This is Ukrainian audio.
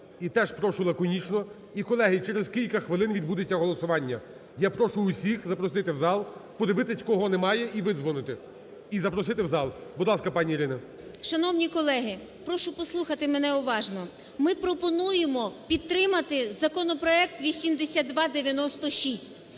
і теж прошу лаконічно. І, колеги, через кілька хвилин відбудеться голосування. Я прошу всіх запросити в зал, подивитися, кого немає, і видзвонити, і запросити в зал. Будь ласка, пані Ірина. 18:01:09 ЛУЦЕНКО І.С. Шановні колеги, прошу послухати мене уважно, ми пропонуємо підтримати законопроект 8296.